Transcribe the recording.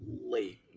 late